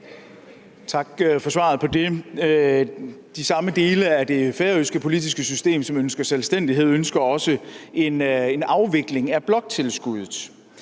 Tak for svaret på det. De samme dele af det færøske politiske system, som ønsker selvstændighed, ønsker også en afvikling af bloktilskuddet.